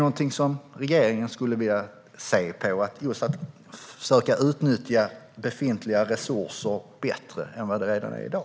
Vill regeringen titta på om befintliga resurser kan utnyttjas bättre än i dag?